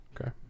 Okay